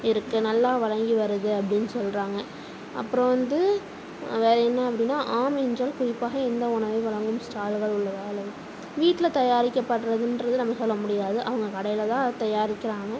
இருக்கு நல்லா வழங்கி வருது அப்படின்னு சொல்லுறாங்க அப்புறம் வந்து வேறு என்ன அப்படின்னா ஆம் என்றால் குறிப்பாக எந்த உணவை வழங்கும் ஸ்டால்கள் உள்ளதா அல்லது வீட்டில் தயாரிக்கபடுறதுன்றது நம்ம சொல்ல முடியாது அவங்க கடையில்தான் தயாரிக்கிறாங்க